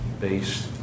based